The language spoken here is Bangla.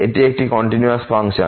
এটি একটি কন্টিনিউয়াস ফাংশন